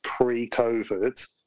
pre-COVID